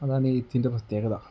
അതാണെഴുത്തിൻ്റെ പ്രത്യേകത